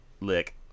lick